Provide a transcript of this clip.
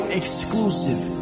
exclusive